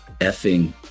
effing